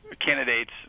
candidates